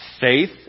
faith